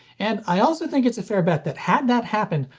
and i also think it's a fair bet that had that happened,